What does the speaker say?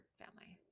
family